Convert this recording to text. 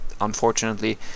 unfortunately